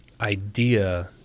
idea